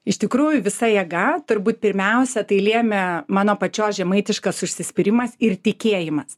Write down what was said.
iš tikrųjų visa jėga turbūt pirmiausia tai lėmė mano pačios žemaitiškas užsispyrimas ir tikėjimas